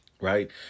right